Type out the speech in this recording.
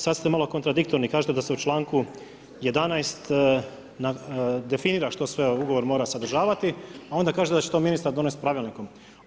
Sada ste malo kontradiktorni, kažete da se u čl. 11. definira što sve ugovor mora sadržavati, a onda kažete da će to ministar donesti pravilnikom.